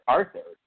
Arthur